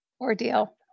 ordeal